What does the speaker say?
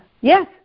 Yes